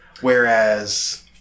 Whereas